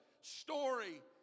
story